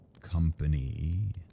company